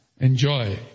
enjoy